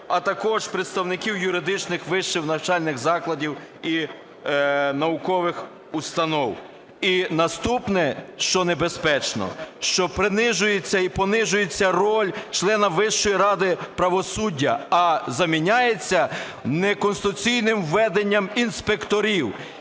а також представників юридичних вищих навчальних закладів і наукових установ. І наступне, що небезпечно, що принижується і понижується роль члена Вищої ради правосуддя, а заміняється неконституційним введенням інспекторів,